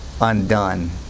undone